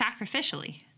sacrificially